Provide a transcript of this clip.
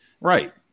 right